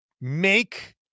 make